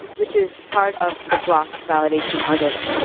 which is part of the block validation algorithm.